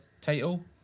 title